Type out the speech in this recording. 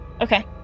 Okay